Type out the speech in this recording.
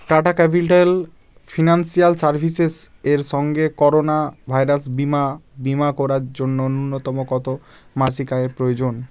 tata capital financial services এর সঙ্গে corona virus বিমা বিমা করার জন্য ন্যূনতম কত মাসিক আয়ের প্রয়োজন